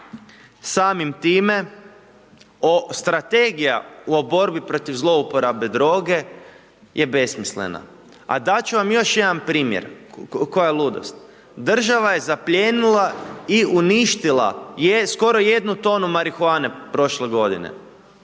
Samim time o, strategija o borbi protiv zlouporabe droge je besmislena, a dat ću vam još jedan primjer, koja ludost, država je zaplijenila i uništila je, skoro jednu tonu marihuane prošle godine,